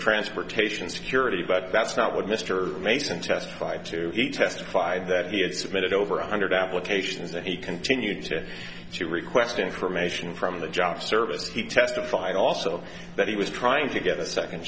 transportation security but that's not what mr mason testified to he testified that he had submitted over one hundred applications that he continued to to request information from the job service he testified also that he was trying to get a second